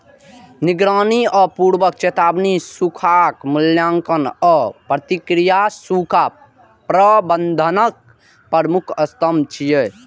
निगरानी आ पूर्व चेतावनी, सूखाक मूल्यांकन आ प्रतिक्रिया सूखा प्रबंधनक प्रमुख स्तंभ छियै